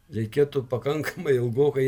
reikėtų pakankamai ilgokai